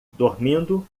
dormindo